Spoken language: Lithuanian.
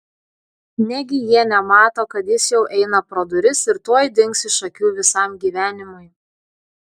negi jie nemato kad jis jau eina pro duris ir tuoj dings iš akių visam gyvenimui